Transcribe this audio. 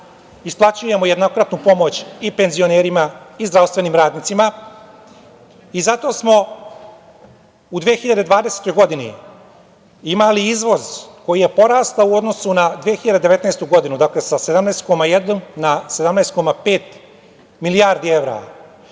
isplaćujemo jednokratnu pomoć i penzionerima i zdravstvenim radnicima i zato smo u 2020. godini imali izvoz koji je porastao u odnosu na 2019. godinu. Dakle, sa 17,1 na 17,5 milijardi evra.